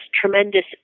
tremendous